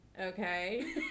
Okay